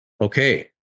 Okay